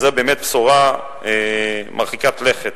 זאת באמת בשורה מרחיקת לכת